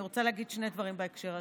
אני רוצה להגיד שני דברים בהקשר הזה.